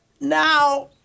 now